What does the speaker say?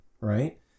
right